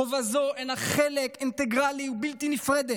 חובה זו היא חלק אינטגרלי, בלתי נפרד,